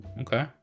Okay